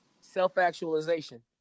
Self-actualization